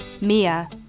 Mia